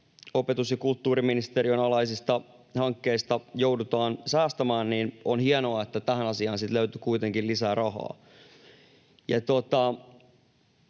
opetus- ja kulttuuriministeriön alaisista hankkeista joudutaan säästämään, niin on hienoa, että tähän asiaan siis löytyi kuitenkin lisää rahaa.